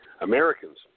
Americans